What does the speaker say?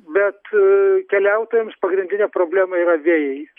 bet keliautojams pagrindinė problema yra vėjai